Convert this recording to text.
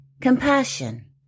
compassion